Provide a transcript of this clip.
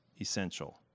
essential